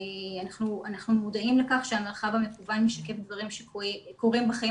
אנחנו מודעים לכך שהמרחב המקוון משקף דברים שקורים בחיים